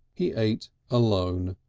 he ate alone,